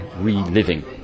reliving